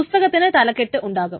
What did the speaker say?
പുസ്തകത്തിന് തലക്കെട്ട് ഉണ്ടാകും